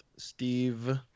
Steve